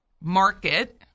market